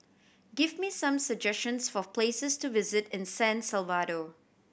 give me some suggestions for places to visit in San Salvador